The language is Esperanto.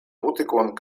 butikon